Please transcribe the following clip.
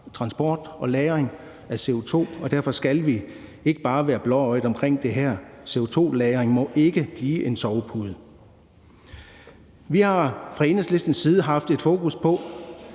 transport og lagring af CO2, og derfor skal vi ikke bare være blåøjede omkring det her. CO2-lagring må ikke blive en sovepude. Vi har fra Enhedslistens side haft et fokus på,